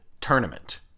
tournament